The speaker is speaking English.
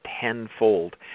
tenfold